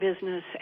business